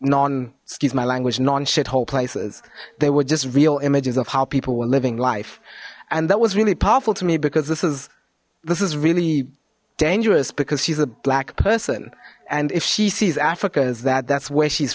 non excuse my language non shithole places there were just real images of how people were living life and that was really powerful to me because this is this is dangerous because she's a black person and if she sees africa is that that's where she's